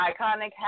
iconic